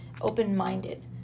open-minded